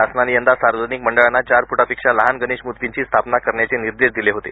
शासनाने यंदा सार्वजनिक मंडळांना चार फुटापेक्षा लहान गणेश मूर्तीची स्थापना करण्याचे निर्देश दिले होते